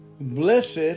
Blessed